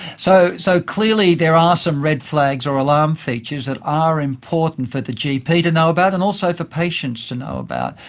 so so clearly there are some red flags or alarm features that are important for the gp to know about and also for patients to know about.